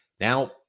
now